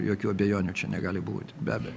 jokių abejonių čia negali būti be abejo